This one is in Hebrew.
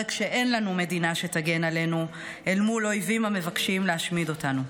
כשאין לנו מדינה שתגן עלינו מול אויבים המבקשים להשמיד אותנו.